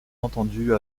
entendu